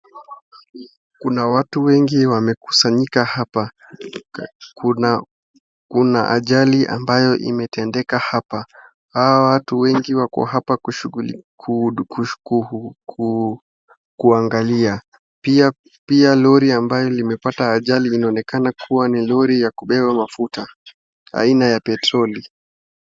Kuna watu wengi wamekusanyika hapa ,kuna ajali ambao imetendeka hapa. Hawa watu wengi wako hapa kushughulikia kuangalia .Pia lori ambayo imepata ajali inaonekana kuwa ni lori ya kubeba mafuta aina ya petroli.